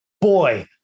boy